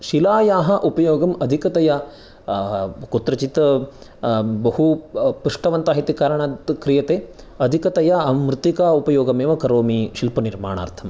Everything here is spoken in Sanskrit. शिलायाः उपयोगं अधिकतया कुत्रचित् बहु पृष्टवन्तः इति कारणात् क्रियते अधिकतया मृत्तिका उपयोगमेव करोमि शिल्पनिर्माणार्थम्